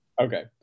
Okay